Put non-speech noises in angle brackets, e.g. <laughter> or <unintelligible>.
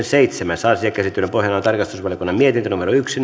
<unintelligible> seitsemäs asia käsittelyn pohjana on tarkastusvaliokunnan mietintö yksi <unintelligible>